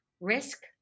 risk